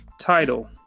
title